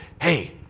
Hey